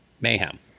mayhem